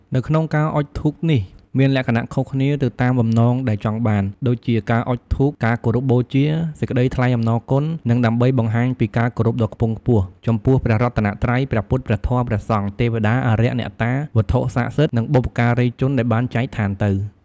នៅក្នុងការអុជធូបនេះ មានលក្ខណៈខុសគ្នា ទៅតាមបំណងដែលចង់បាន ដូចជា ការអុជធូបដើម្បីការគោរពបូជា សេចក្ដីថ្លែងអំណរគុណ និង ដើម្បីបង្ហាញពី ការគោរពដ៏ខ្ពង់ខ្ពស់ ចំពោះព្រះរតនត្រ័យ ព្រះពុទ្ធ ព្រះធម៌ ព្រះសង្ឃ ទេវតា អារក្ស អ្នកតា វត្ថុស័ក្តិសិទ្ធិ និងបុព្វការីជនដែលបានចែកឋានទៅ។។